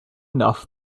enough